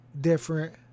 different